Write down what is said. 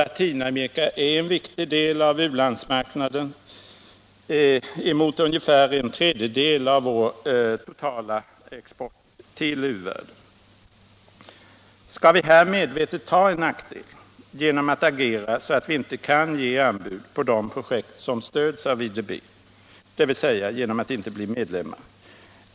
Latinamerika är en viktig del av u-landsmarknaden och tar emot ungefär en tredjedel av vår totala export till u-världen. Skall vi här medvetet ta en nackdel genom att agera så att vi inte kan ge anbud på de projekt som stöds av IDB, dvs. genom att inte bli medlemmar?